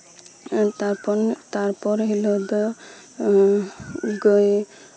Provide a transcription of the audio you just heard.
ᱛᱟᱨᱯᱚᱨᱮ ᱦᱤᱞᱳᱜ ᱫᱚ ᱜᱟᱹᱭ